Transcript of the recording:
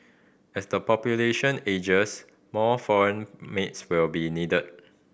as the population ages more foreign maids will be needed